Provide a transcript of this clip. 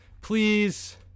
Please